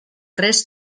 res